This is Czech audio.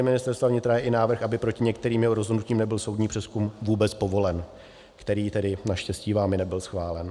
Ministerstva vnitra je i návrh, aby proti některým jeho rozhodnutím nebyl soudní přezkum vůbec povolen, který vámi naštěstí nebyl schválen.